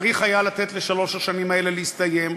צריך היה לתת לשלוש השנים האלה להסתיים.